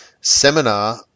seminar